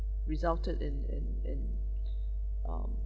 resulted in in in um